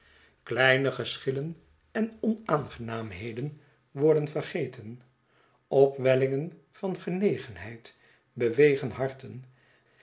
kleine geschillen en onaangenaamheden worden vergeten opwellingen van genegenheid bewegen harten